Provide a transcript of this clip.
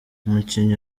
umukinnyi